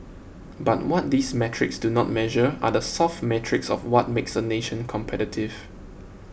but what these metrics do not measure are the soft metrics of what makes a nation competitive